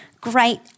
great